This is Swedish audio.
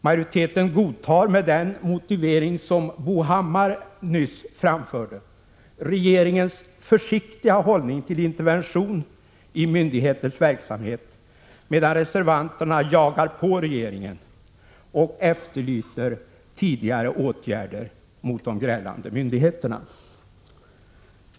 Majoriteten godtar, med den motivering som Bo Hammar nyss framförde, regeringens försiktiga hållning till intervention i myndigheters verksamhet, medan reservanterna jagar på regeringen och efterlyser tidigare åtgärder mot de grälande myndigheterna.